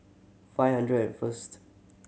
five hundred and first